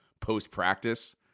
post-practice